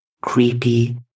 creepy